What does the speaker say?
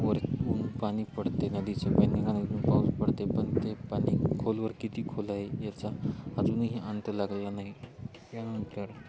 वरून पाणी पडते नदीच्या पाऊस पडते पण ते पाणी खोलवर किती खोल आहे याचा अजूनही अंत लागलेला नाही त्यानंतर